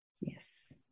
yes